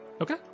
Okay